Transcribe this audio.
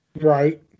right